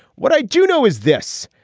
what i do know is this.